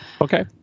Okay